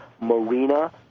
Marina